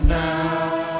now